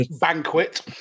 Banquet